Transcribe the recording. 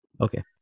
Okay